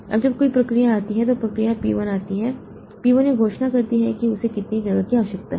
अब जब कोई प्रक्रिया आती है तो प्रक्रिया P 1 आती है P 1 यह घोषित करता है कि उसे कितनी जगह की आवश्यकता है